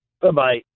Bye-bye